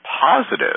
positive